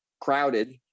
crowded